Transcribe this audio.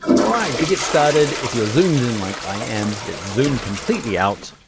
all right, to get started, if you're zoomed in like i am, let's zoom completely out,